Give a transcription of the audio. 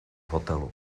hotelu